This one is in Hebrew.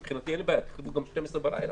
שזה מבחינת פתיחה או סגירה של החנות או המשך הפעילות